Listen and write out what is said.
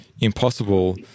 impossible